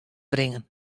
bringen